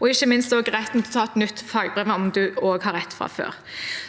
og ikke minst retten til å ta et nytt fagbrev om man har et fra før.